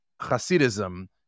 Hasidism